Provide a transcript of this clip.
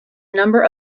number